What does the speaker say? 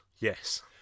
Yes